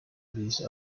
release